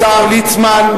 השר ליצמן,